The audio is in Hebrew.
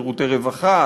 לשירותי רווחה,